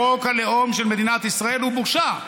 חוק הלאום של מדינת ישראל הוא בושה.